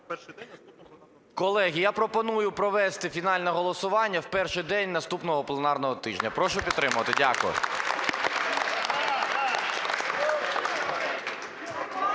Колеги, я пропоную провести фінальне голосування в перший день наступного пленарного тижня. Прошу підтримати. Дякую.